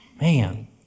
Man